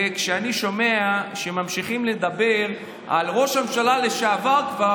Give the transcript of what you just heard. וכשאני שומע שהם ממשיכים לדבר על ראש ממשלה לשעבר כבר,